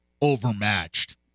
overmatched